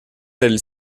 del